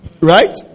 right